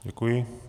Děkuji.